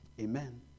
Amen